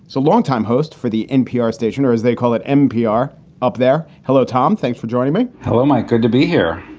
so longtime host for the npr station, or as they call it, npr up there. hello, tom. thanks for joining me. hello, mike. good to be here.